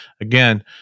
again